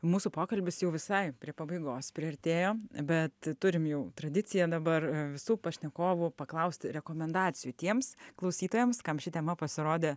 mūsų pokalbis jau visai prie pabaigos priartėjo bet turim jau tradiciją dabar visų pašnekovų paklausti rekomendacijų tiems klausytojams kam ši tema pasirodė